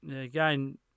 again